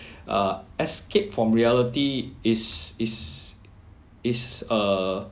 uh escape from reality is is is err